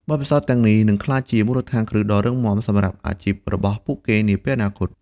បទពិសោធន៍ទាំងនេះនឹងក្លាយជាមូលដ្ឋានគ្រឹះដ៏រឹងមាំសម្រាប់អាជីពរបស់ពួកគេនាពេលអនាគត។